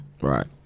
Right